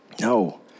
No